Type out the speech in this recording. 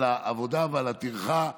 על העבודה ועל הטרחה.